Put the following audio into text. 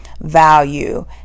Value